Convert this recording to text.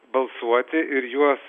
balsuoti ir juos